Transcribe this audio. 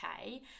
okay